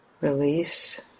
release